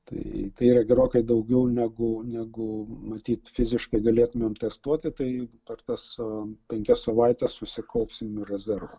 tai tai yra gerokai daugiau negu negu matyt fiziškai galėtumėm testuoti tai per tas penkias savaites susikaupsim rezervą